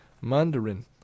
mandarin